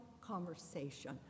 conversation